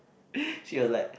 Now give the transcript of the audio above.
she was like